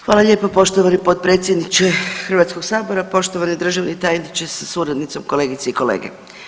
Hvala lijepo poštovani potpredsjedniče Hrvatskoga sabora, poštovani državni tajniče sa suradnicom, kolegice i kolege.